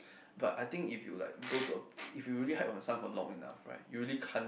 but I think if you like go to uh if you hide yourself for long enough right you really can't